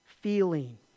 feeling